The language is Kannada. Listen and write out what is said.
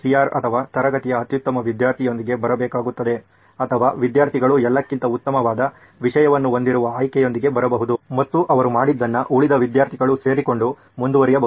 R ಅಥವಾ ತರಗತಿಯ ಅತ್ಯುತ್ತಮ ವಿದ್ಯಾರ್ಥಿಯೊಂದಿಗೆ ಬರಬೇಕಾಗುತ್ತದೆ ಅಥವಾ ವಿದ್ಯಾರ್ಥಿಗಳು ಎಲ್ಲಕ್ಕಿಂತ ಉತ್ತಮವಾದ ವಿಷಯವನ್ನು ಹೊಂದಿರುವ ಆಯ್ಕೆಯೊಂದಿಗೆ ಬರಬಹುದು ಮತ್ತು ಅವರು ಮಾಡಿದ್ದನ್ನ ಉಳಿದ ವಿದ್ಯಾರ್ಥಿಗಳು ಸೇರಿಸಿಕೊಂಡು ಮುಂದುವರಿಯಬಹುದು